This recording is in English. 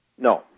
No